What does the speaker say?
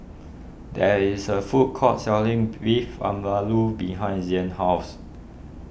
there is a food court selling Beef Vindaloo behind Zain's house